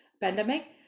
pandemic